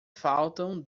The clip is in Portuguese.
faltam